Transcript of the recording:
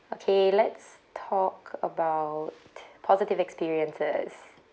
okay let's talk about positive experiences